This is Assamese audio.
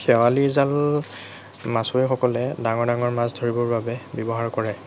শেৱালি জাল মাছুৱৈসকলে ডাঙৰ ডাঙৰ মাছ ধৰিবৰ বাবে ব্যৱহাৰ কৰে